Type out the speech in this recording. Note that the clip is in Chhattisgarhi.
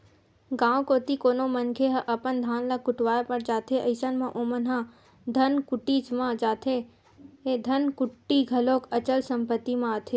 गाँव कोती कोनो मनखे ह अपन धान ल कुटावय बर जाथे अइसन म ओमन ह धनकुट्टीच म जाथे धनकुट्टी घलोक अचल संपत्ति म आथे